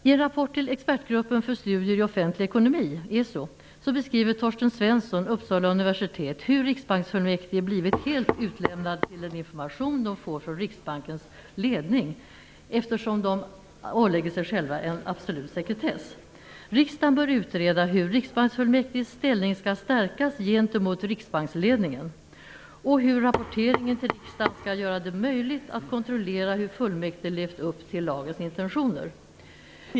I en rapport till Expertgruppen för studier i offentlig ekonomi, ESO, beskriver Torsten Svensson från Uppsala universitet hur riksbanksfullmäktige har blivit helt utlämnade till den information de får från Riksbankens ledning, eftersom de ålägger sig själva en absolut sekretess. Riksdagen bör utreda hur riksbanksfullmäktiges ställning skall stärkas gentemot riksbanksledningen och hur rapporteringen till riksdagen skall göra det möjligt att kontrollera hur fullmäktige levt upp till lagens intentioner.